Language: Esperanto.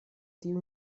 tiu